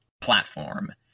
platform